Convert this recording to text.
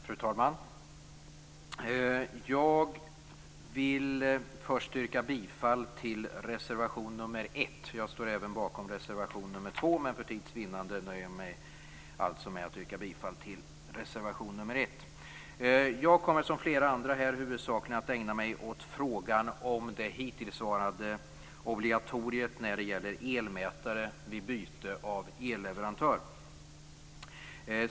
Fru talman! Jag vill först yrka bifall till reservation nr 1. Jag står även bakom reservation nr 2, men för tids vinnande nöjer jag mig alltså med att yrka bifall till reservation nr 1. Jag kommer, som flera andra här, att huvudsakligen ägna mig åt frågan om det hittillsvarande obligatoriet när det gäller elmätare vid byte av elleverantör.